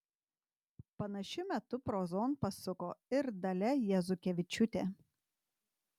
panašiu metu prozon pasuko ir dalia jazukevičiūtė